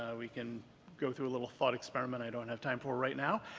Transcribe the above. we can go through a little thought experiment i don't have time for right now,